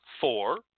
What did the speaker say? four